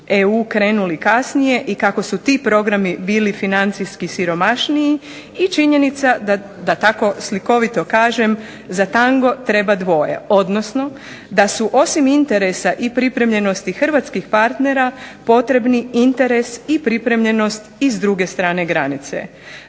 EU krenuli kasnije i kako su ti programi bili financijski siromašniji, i činjenica da tako slikovito kažem, za tango treba dvoje, odnosno da su osim interesa i pripremljenosti hrvatskih partnera potrebni interes i pripremljenost i s druge strane granice.